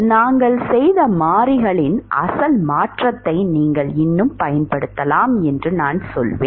நாங்கள் செய்த மாறிகளின் அசல் மாற்றத்தை நீங்கள் இன்னும் பயன்படுத்தலாம் என்று நான் சொல்கிறேன்